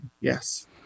Yes